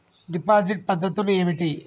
Deposit పద్ధతులు ఏమిటి?